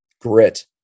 Grit